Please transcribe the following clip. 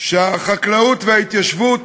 שהחקלאות וההתיישבות